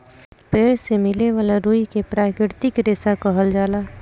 पेड़ से मिले वाला रुई के प्राकृतिक रेशा कहल जाला